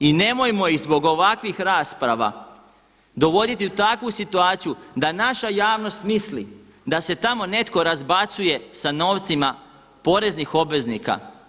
I nemojmo ih zbog ovakvih rasprava dovoditi u takvu situaciju da naša javnost misli da se tamo netko razbacuje sa novcima poreznih obveznika.